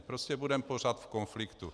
Prostě budeme pořád v konfliktu.